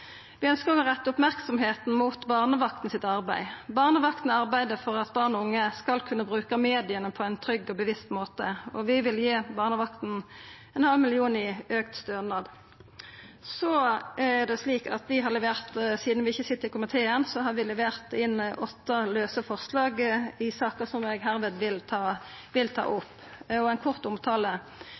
Vi ønskjer å retta merksemda mot arbeidet til Barnevakten. Barnevakten arbeider for at barn og unge skal kunna bruka media på ein trygg og bevisst måte. Vi vil gi Barnevakten 0,5 mill. kr i auka stønad. Sidan vi ikkje sit i komiteen, har vi levert inn åtte lause forslag i saka, som eg hermed vil ta opp og omtala kort: